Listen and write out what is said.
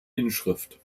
inschrift